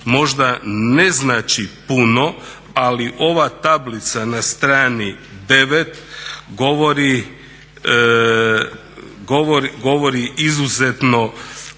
možda ne znači puno, ali ova tablica na strani 9 govori izuzetno